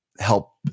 help